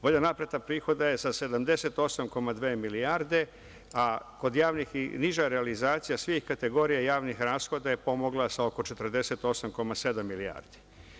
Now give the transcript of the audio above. Bolja naplata prihoda je sa 78,2 milijarde, a kod javnih i niža realizacija svih kategorija javnih rashoda je pomogla sa oko 48,7 milijardi.